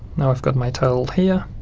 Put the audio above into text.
now i've got my title here